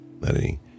Letting